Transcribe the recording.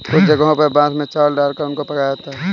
कुछ जगहों पर बांस में चावल डालकर उनको पकाया जाता है